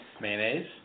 Mayonnaise